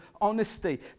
honesty